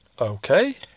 okay